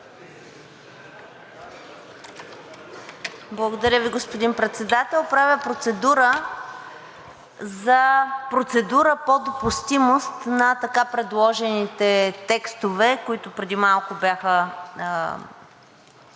Благодаря Ви, господин Председател. Правя процедура за процедура по допустимост на така предложените текстове, които преди малко бяха